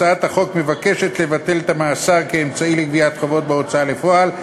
הצעת החוק מבקשת לבטל את המאסר כאמצעי לגביית חובות בהוצאה לפועל,